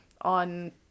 on